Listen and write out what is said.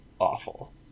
awful